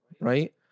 right